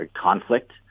conflict